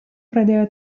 pradėjo